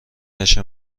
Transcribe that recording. پشه